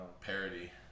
Parody